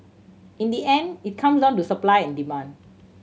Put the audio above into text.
in the end it comes down to supply and demand